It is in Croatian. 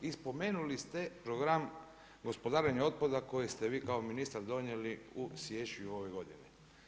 I spomenuli ste program gospodarenja otpada koje ste vi kao ministar donijeli u siječnju ove godine.